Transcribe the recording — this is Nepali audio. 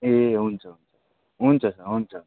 ए हुन्छ हुन्छ हुन्छ हुन्छ हुन्छ